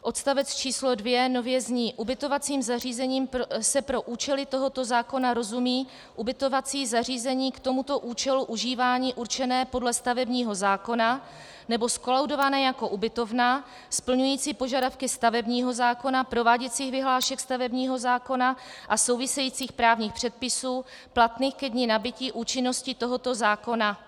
Odstavec číslo 2 nově zní: Ubytovacím zařízením se pro účely tohoto zákona rozumí ubytovací zařízení k tomuto účelu užívání určené podle stavebního zákona nebo zkolaudované jako ubytovna splňující požadavky stavebního zákona, prováděcích vyhlášek stavebního zákona souvisejících právních předpisů platných ke dni nabytí účinnosti tohoto zákona.